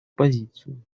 позицию